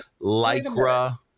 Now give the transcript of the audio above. lycra